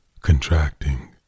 contracting